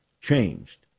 changed